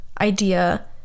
idea